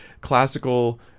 classical